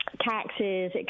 taxes